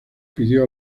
pidió